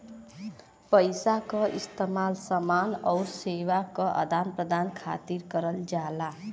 पइसा क इस्तेमाल समान आउर सेवा क आदान प्रदान खातिर करल जाला